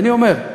ואני אומר,